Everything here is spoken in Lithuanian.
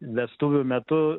vestuvių metu